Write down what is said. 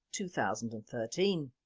two thousand and thirteen.